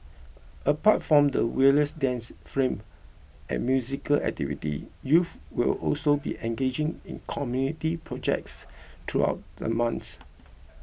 apart from the various dance film and musical activities youths will also be engaging in community projects throughout the month